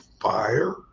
fire